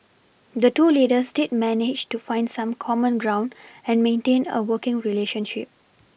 the two leaders did manage to find some common ground and maintain a working relationship